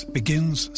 begins